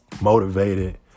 motivated